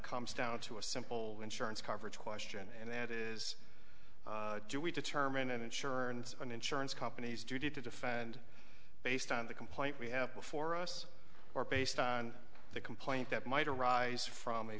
comes down to a simple insurance coverage question and that is do we determine an insurer and an insurance company's duty to defend based on the complaint we have before us or based on the complaint that might arise from